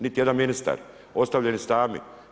Niti jedan ministar, ostavljeni sami.